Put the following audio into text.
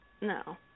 No